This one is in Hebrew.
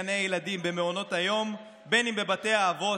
אם בגני הילדים ובמעונות היום ואם בבתי אבות.